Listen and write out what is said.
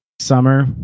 summer